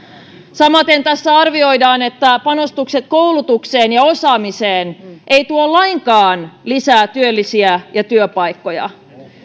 samaten tässä arvioidaan että panostukset koulutukseen ja osaamiseen eivät tuo lainkaan lisää työllisiä ja työpaikkoja